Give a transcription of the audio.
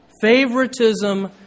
favoritism